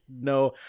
no